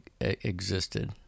existed